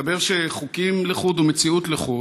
מסתבר שחוקים לחוד ומציאות לחוד,